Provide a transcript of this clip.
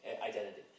Identity